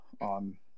on